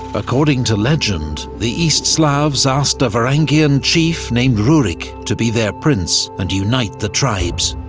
according to legend, the east slavs asked a varangian chief named rurik to be their prince and unite the tribes.